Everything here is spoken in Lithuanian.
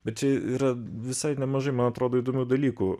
bet čia yra visai nemažai man atrodo įdomių dalykų